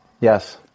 Yes